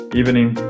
evening